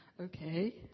Okay